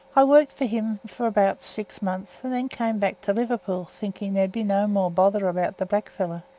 i worked for him for about six months, and then come back to liverpool, thinking there'd be no more bother about the blackfellow.